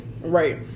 right